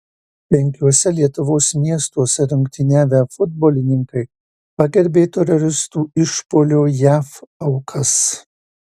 penkiuose lietuvos miestuose rungtyniavę futbolininkai pagerbė teroristų išpuolio jav aukas